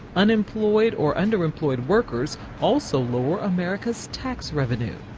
unemployed or underemployed workers also lower america's tax revenues.